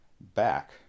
back